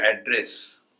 address